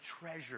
treasure